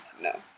no